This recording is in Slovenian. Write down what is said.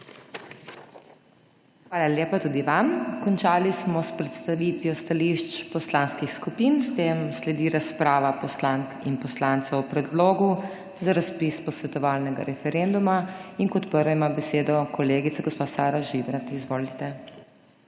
Hvala lepa tudi vam. Končali smo s predstavitvijo stališč poslanskih skupin. S tem sledi razprava poslank in poslancev o Predlogu za razpis posvetovalnega referenduma. Kot prva ima besedo kolegica gospa Sara Žibrat. Izvolite.